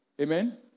Amen